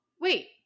wait